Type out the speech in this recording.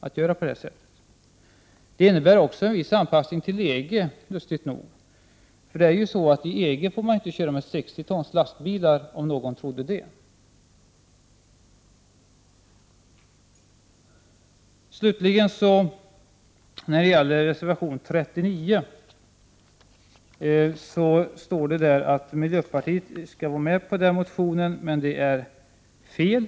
Lustigt nog innebär detta också en viss anpassning till EG. Inom EG får man inte köra med 60 tons lastbilar, om nu någon trodde det. Slutligen får man intrycket att miljöpartiet står bakom reservation 39, men det är fel.